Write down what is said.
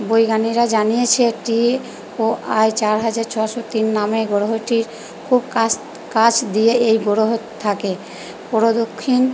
বৈজ্ঞানিরা জানিয়েছে একটির ও আয় চার হাজার ছশো তিন নামের গ্রহটির খুব কাছ কাছ দিয়ে এই গ্রহ থাকে প্রদক্ষিণ